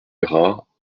grads